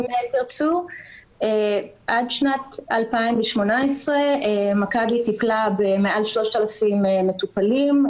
עד שנת 2018 מכבי טיפלה במעל 3,000 מטופלים,